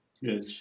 Yes